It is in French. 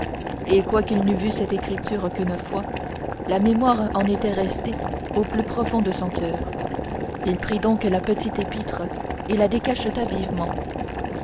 et quoiqu'il n'eût vu cette écriture qu'une fois la mémoire en était restée au plus profond de son coeur il prit donc la petite épître et la décacheta vivement